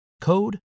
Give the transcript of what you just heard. code